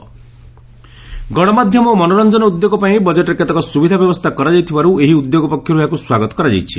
budget reaction media ଗଣମାଧ୍ୟମ ଓ ମନୋର୍ଚ୍ଚଜନ ଉଦ୍ୟୋଗ ପାଇଁ ବଜେଟ୍ରେ କେତେକ ସୁବିଧା ବ୍ୟବସ୍ଥା କରାଯାଇଥିବାରୁ ଏହି ଉଦ୍ୟୋଗ ପକ୍ଷରୁ ଏହାକୁ ସ୍ୱାଗତ କରାଯାଇଛି